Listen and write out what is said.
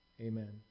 Amen